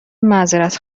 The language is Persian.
معذرت